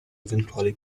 eventuali